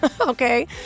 okay